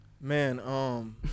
Man